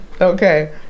Okay